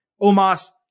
Omas